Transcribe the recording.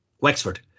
Wexford